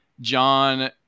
John